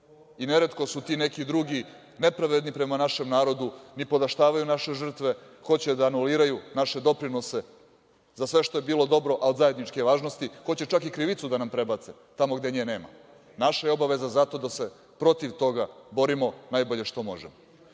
Neretko su ti neki drugi nepravedni prema našem narodu, nipodaštavaju naše žrtve, hoće da anuliraju naše doprinose za sve što je bilo dobro, ali zajedničke je važnosti. Hoće čak i krivicu da nam prebace tamo gde nje nema. Naša je obaveza zato da se protiv toga borimo najbolje što možemo. Zbog